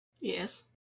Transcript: Yes